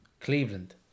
Cleveland